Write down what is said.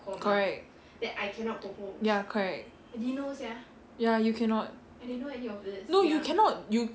correct ya correct ya you cannot no you cannot you